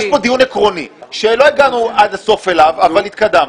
יש כאן דיון עקרוני שלא הגענו אל סופו אבל התקדמנו.